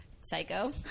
Psycho